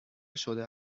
شده